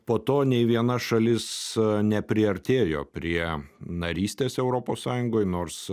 po to nei viena šalis nepriartėjo prie narystės europos sąjungoj nors